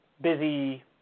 busy